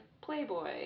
Playboy